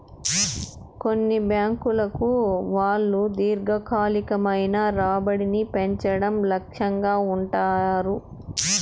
కొన్ని బ్యాంకుల వాళ్ళు దీర్ఘకాలికమైన రాబడిని పెంచడం లక్ష్యంగా ఉంటారు